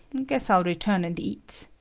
guess i'll return and eat.